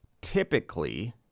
typically